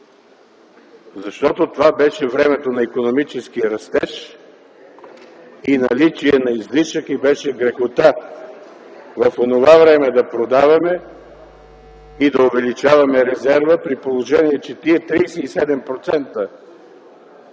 защото това беше времето на икономически растеж и наличие на излишък и беше грехота в онова време да продаваме и да увеличаваме резерва, при положение че тези 37%,